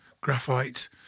graphite